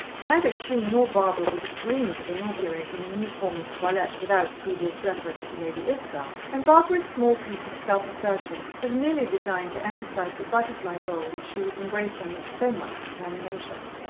neither she nor barbara would have dreamed of inaugurating a new form of toilette without previous reference to lady isabel, and barbara's small piece of self-assertion was merely designed to emphasize the butterfly role which she was embracing with so much determination.